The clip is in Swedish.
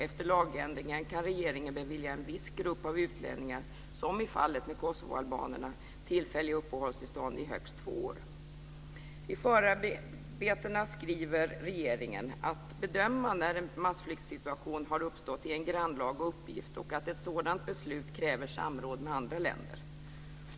Efter lagändringen kan regeringen bevilja en viss grupp av utlänningar - som i fallet med kosovoalbanerna - tillfälliga uppehållstillstånd i högst två år. I förarbetena skriver regeringen att det är en grannlaga uppgift att bedöma när en massflyktsituation har uppstått och att ett sådant beslut kräver samråd med andra länder.